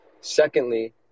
Secondly